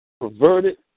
perverted